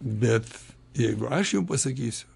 bet jeigu aš jum pasakysiu